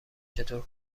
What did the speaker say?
چطور